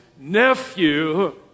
nephew